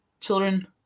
children